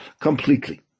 completely